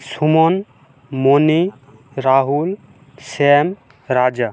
Suman Moni Rahul Shyam Raja